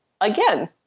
again